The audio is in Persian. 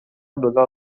دلار